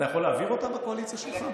אתה יכול להעביר אותה בקואליציה שלך?